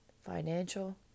financial